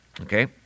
Okay